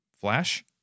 flash